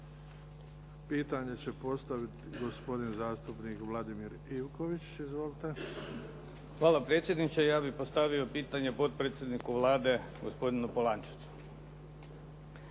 Pitanje će postaviti gospodin zastupnik Vladimir Ivković. Izvolite. **Ivković, Vladimir (HDZ)** Hvala predsjedniče. Ja bih postavio pitanje potpredsjedniku Vlade, gospodinu Polančecu.